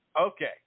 Okay